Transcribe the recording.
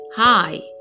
Hi